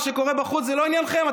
מה שקורה בחוץ זה לא עניינכם,